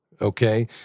Okay